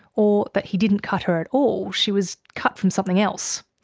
or that he didn't cut her at all she was cut from something else.